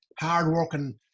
hardworking